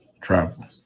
travel